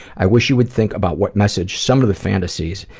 i wish you would think about what message some of the fantasies,